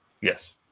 Yes